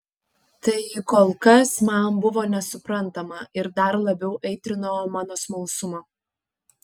tai kol kas man buvo nesuprantama ir dar labiau aitrino mano smalsumą